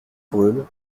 brûle